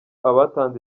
abatanze